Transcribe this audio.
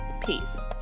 peace